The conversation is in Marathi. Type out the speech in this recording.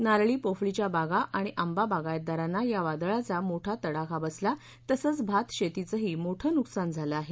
नारळी पोफळीच्या बागा आणि आंबा बागायतदारांना या वादळाचा मोठा तडाखा बसला तसंच भातशेतीचंही मोठं नुकसान झालं आहे